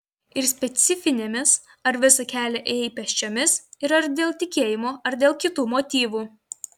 ir specifinėmis ar visą kelią ėjai pėsčiomis ir ar dėl tikėjimo ar dėl kitų motyvų